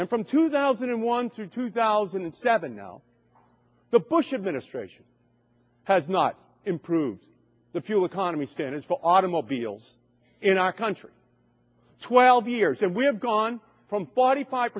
and from two thousand and one through two thousand and seven now the bush administration has not improved the fuel economy standards for automobiles in our country twelve years and we have gone from forty five